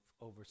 over